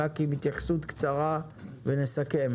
הח"כים, התייחסות קצרה ונסכם.